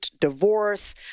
divorce